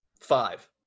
Five